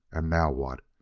and now what?